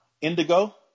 Indigo